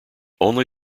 only